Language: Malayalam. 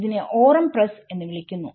ഇതിനെ ഓറം പ്രെസ്സ് എന്ന് വിളിക്കുന്നു